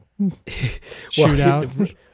shootout